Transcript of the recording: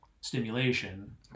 stimulation